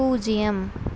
பூஜ்ஜியம்